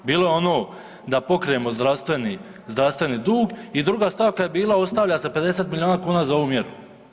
Bilo je ono da pokrijemo zdravstveni dug i druga stavka je bila, ostavlja se 50 milijuna kuna za ovu mjeru.